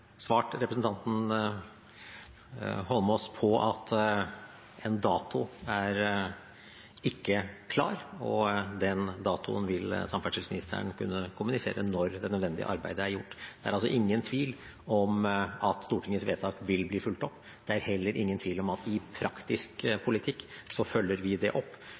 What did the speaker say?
representanten Eidsvoll Holmås på at en dato er ikke klar, og datoen vil samferdselsministeren kunne kommunisere når det nødvendige arbeidet er gjort. Det er altså ingen tvil om at Stortingets vedtak vil bli fulgt opp. Det er heller ingen tvil om at i praktisk politikk følger vi det opp,